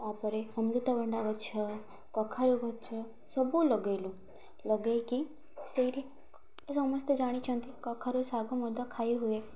ତା'ପରେ ଅମୃତଭଣ୍ଡା ଗଛ କଖାରୁ ଗଛ ସବୁ ଲଗାଇଲୁ ଲଗାଇକି ସେଇଠି ସମସ୍ତେ ଜାଣିଛନ୍ତି କଖାରୁ ଶାଗ ମଧ୍ୟ ଖାଇ ହୁଏ